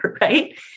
Right